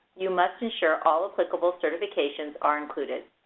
you must ensure all applicable certifications are included.